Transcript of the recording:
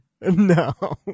no